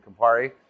Campari